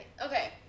Okay